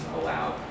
allowed